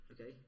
Okay